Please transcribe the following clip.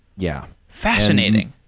yeah. fascinating.